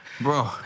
Bro